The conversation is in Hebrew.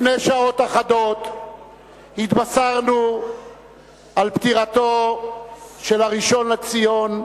לפני שעות אחדות התבשרנו על פטירתו של הראשון לציון,